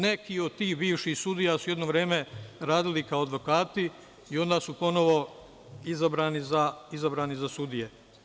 Neki od tih bivših sudija su jedno vreme radili kao advokati i onda su ponovo izabrani za sudije.